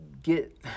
get